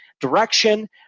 direction